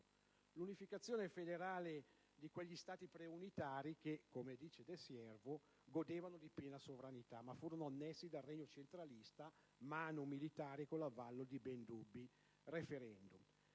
l'unificazione federale di quegli Stati pre-unitari che, come dice De Siervo, godevano di piena sovranità, ma che furono annessi dal Regno centralista, *manu militari*, con l'avallo di ben dubbi *referendum.*